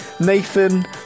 Nathan